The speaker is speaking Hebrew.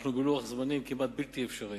אנחנו נמצאים בלוח זמנים כמעט בלתי אפשרי,